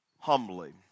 humbly